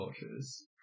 cultures